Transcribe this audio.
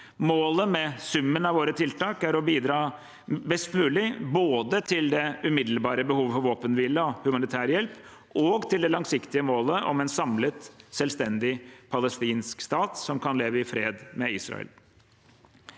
Målet med summen av våre tiltak er å bidra best mulig både til det umiddelbare behovet for våpenhvile og humanitær hjelp og til det langsiktige målet om en samlet, selvstendig palestinsk stat som kan leve i fred med Israel.